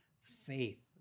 faith